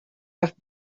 have